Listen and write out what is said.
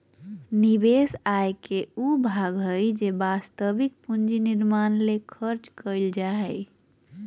निवेश आय के उ भाग हइ जे वास्तविक पूंजी निर्माण ले खर्च कइल जा हइ